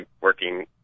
working